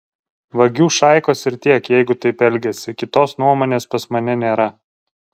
vagių šaikos ir tiek jeigu taip elgiasi kitos nuomonės pas mane nėra